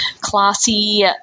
classy